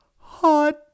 Hot